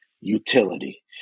utility